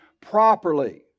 properly